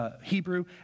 Hebrew